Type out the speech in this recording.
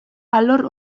alor